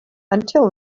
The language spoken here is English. until